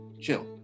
Chill